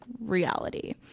reality